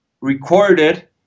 recorded